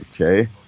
okay